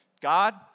God